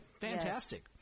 Fantastic